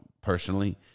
personally